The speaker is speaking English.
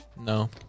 No